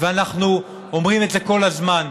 ואנחנו אומרים את זה כל הזמן.